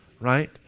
right